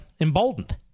emboldened